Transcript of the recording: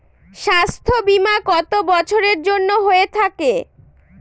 স্বাস্থ্যবীমা কত বছরের জন্য হয়ে থাকে?